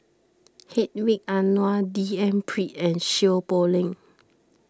Hedwig Anuar D N Pritt and Seow Poh Leng